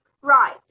Right